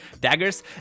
Daggers